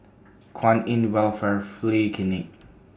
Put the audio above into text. Kwan in Welfare Free Clinic